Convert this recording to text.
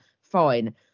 fine